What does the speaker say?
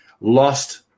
lost